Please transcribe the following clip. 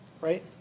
right